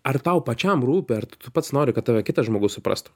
ar tau pačiam rūpi ar tu pats nori kad tave kitas žmogus suprastų